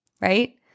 right